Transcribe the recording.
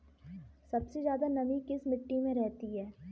सबसे ज्यादा नमी किस मिट्टी में रहती है?